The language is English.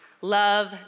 love